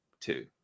Two